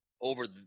over